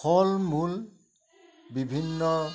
ফল মূল বিভিন্ন